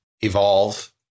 evolve